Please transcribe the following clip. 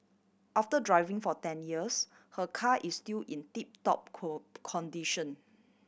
after driving for ten years her car is still in tip top condition